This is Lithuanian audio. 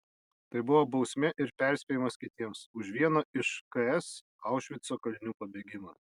tai buvo bausmė ir perspėjimas kitiems už vieno iš ks aušvico kalinių pabėgimą